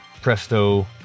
presto